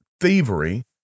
thievery